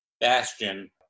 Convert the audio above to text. bastion